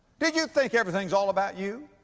did you think everything's all about you?